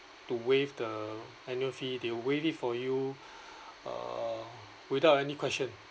to waive the annual fee they will waive it for you uh without any question